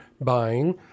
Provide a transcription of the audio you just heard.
buying